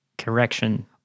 correction